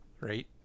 right